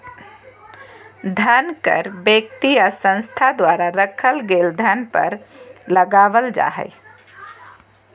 धन कर व्यक्ति या संस्था द्वारा रखल गेल धन पर लगावल जा हइ